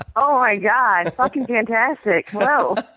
oh my god. fucking fantastic. whoa.